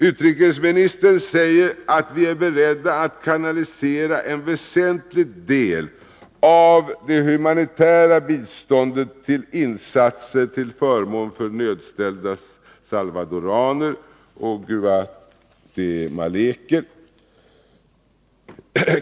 Utrikesministern säger att regeringen är beredd att kanalisera en väsentlig del av det humanitära biståndet till insatser till förmån för nödställda salvadoraner och guatemalaner.